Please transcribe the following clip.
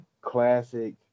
classic